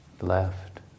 left